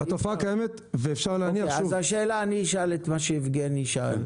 התופעה קיימת ואפשר להניח --- אז אני אשאל את מה שיבגני שאל.